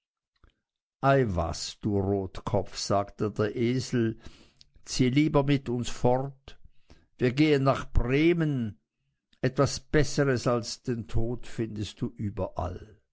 was du rotkopf sagte der esel zieh lieber mit uns fort wir gehen nach bremen etwas besseres als den tod findest du überall